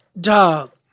dog